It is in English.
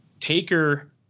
Taker